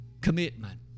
Commitment